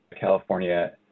California